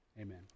amen